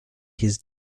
his